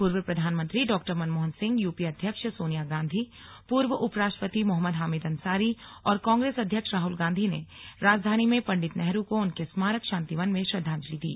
पूर्व प्रधानमंत्री डॉ मनमोहन सिंह यूपीए अध्यक्ष सोनिया गांधी पूर्व उप राष्ट्रपति मोहम्मद हामिद अंसारी और कांग्रेस अध्यक्ष राहल गांधी ने राजधानी में पंडित नेहरू को उनके स्मारक शांतिवन में श्रद्धांजलि दी